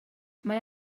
mae